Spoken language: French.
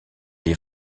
les